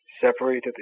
separated